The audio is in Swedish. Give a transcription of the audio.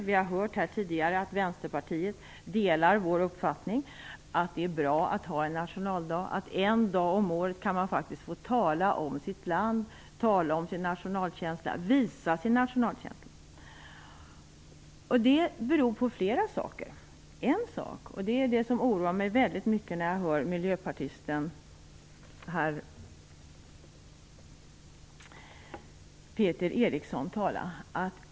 Vi har hört här tidigare att Vänsterpartiet delar vår uppfattning att det är bra att ha en nationaldag, att man faktiskt en dag om året kan få tala om sitt land och sin nationalkänsla och visa sin nationalkänsla. Det beror på flera saker. En sak är att kunskapen har ökat, och det oroar mig när jag hör miljöpartisten Peter Eriksson tala.